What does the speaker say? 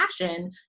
passion